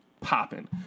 popping